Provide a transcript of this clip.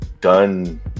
done